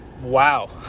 wow